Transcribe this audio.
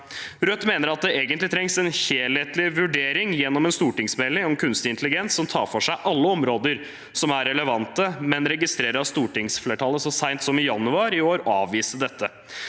Rødt mener at det egentlig trengs en helhetlig vurdering gjennom en stortingsmelding om kunstig intelligens som tar for seg alle områder som er relevante, men registrerer at stortingsflertallet så sent som i januar i år avviste dette.